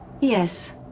Yes